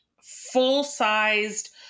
full-sized